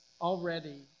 already